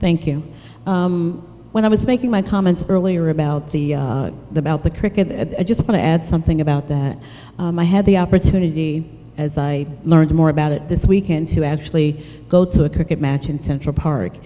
thank you when i was making my comments earlier about the about the cricket i just want to add something about that i had the opportunity as i learned more about it this weekend to actually go to a cricket match in central park